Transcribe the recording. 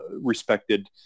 respected